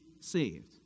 saved